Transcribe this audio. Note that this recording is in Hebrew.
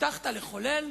הבטחת לחולל